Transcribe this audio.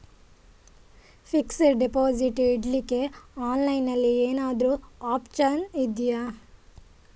Fixed deposit ಇಡ್ಲಿಕ್ಕೆ online ಅಲ್ಲಿ ಎಂತಾದ್ರೂ ಒಪ್ಶನ್ ಇದ್ಯಾ?